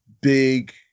big